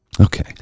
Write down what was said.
Okay